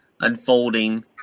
unfolding